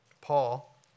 Paul